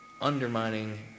undermining